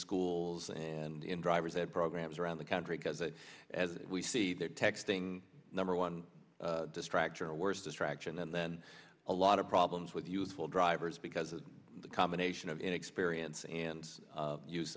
schools and in driver's ed programs around the country because as we see that texting number one distraction or worse distraction and then a lot of problems with youthful drivers because of the combination of inexperience and u